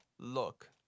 Look